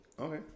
Okay